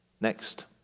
Next